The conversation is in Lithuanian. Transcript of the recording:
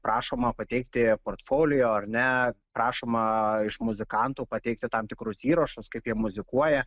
prašoma pateikti portfolio ar ne prašoma iš muzikantų pateikti tam tikrus įrašus kaip jie muzikuoja